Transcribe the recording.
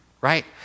right